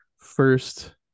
first